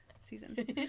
season